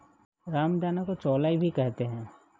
रामदाना को चौलाई भी कहते हैं